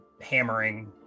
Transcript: hammering